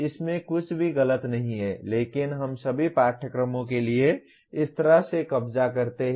इसमें कुछ भी गलत नहीं है लेकिन हम सभी पाठ्यक्रमों के लिए इस तरह से कब्जा करते हैं